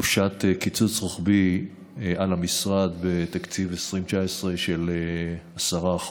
הושת קיצוץ רוחבי של 10% על המשרד בתקציב 2019. אנחנו מנענו שה-10%